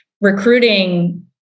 recruiting